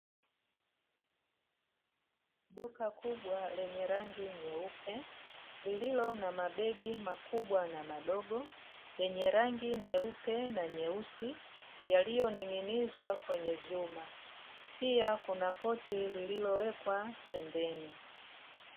Duka kubwa lenye rangi nyeupe lililo na mabegi makubwa na madogo yenye rangi nyeupe na nyeusi yaliyoning'inizwa kwenye vyuma pia kuna koti lililowekwa pembeni.